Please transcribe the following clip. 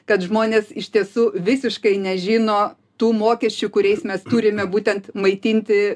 kad žmonės iš tiesų visiškai nežino tų mokesčių kuriais mes turime būtent maitinti